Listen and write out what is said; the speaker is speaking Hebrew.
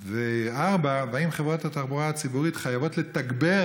4. האם חברות התחבורה הציבורית חייבות לתגבר